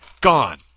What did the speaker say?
gone